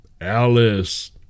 Alice